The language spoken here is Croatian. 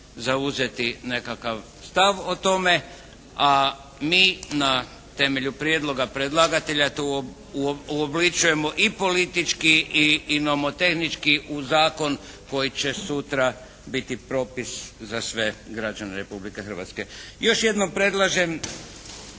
zauzeti nekakav stav o tome. A mi na temelju prijedloga predlagatelja tu uobličujemo i politički i nomotehnički u zakon koji će sutra biti propis za sve građane Republike Hrvatske. Još jednom predlažem